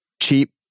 cheap